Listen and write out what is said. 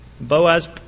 Boaz